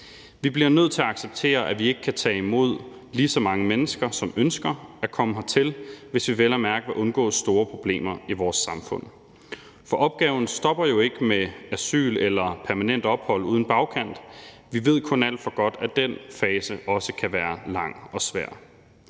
Vi bliver nødt til at acceptere, at vi ikke kan tage imod lige så mange mennesker, som ønsker at komme hertil, hvis vi vel at mærke vil undgå store problemer i vores samfund. For opgaven stopper jo ikke med asyl eller permanent ophold uden bagkant. Vi ved kun alt for godt, at den fase også kan være lang og svær.